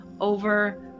over